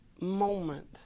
moment